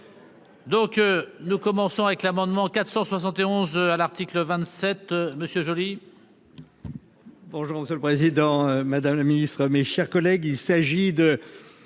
Donc, nous commençons avec l'amendement 400 60 et 11 à l'article 27 monsieur Joly. Bonjour monsieur le Président, Madame la Ministre, mes chers collègues,